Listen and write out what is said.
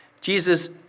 Jesus